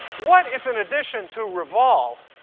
what if in addition to revolve,